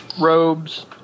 robes